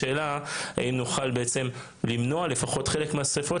השאלה אם נוכל למנוע לפחות חלק מהשריפות,